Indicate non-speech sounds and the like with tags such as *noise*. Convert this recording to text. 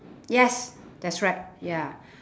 yes that's right ya *breath*